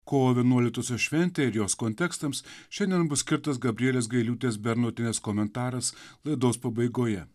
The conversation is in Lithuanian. kovo vienuoliktosios švente ir jos kontekstams šiandien bus skirtas gabrielės gailiūtės bernotienės komentaras laidos pabaigoje